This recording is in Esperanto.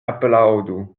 aplaŭdu